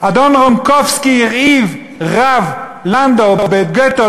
אדון רומקובסקי הרעיב את הרב לנדאו בגטו